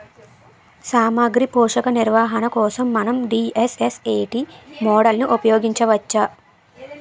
సామాగ్రి పోషక నిర్వహణ కోసం మనం డి.ఎస్.ఎస్.ఎ.టీ మోడల్ని ఉపయోగించవచ్చా?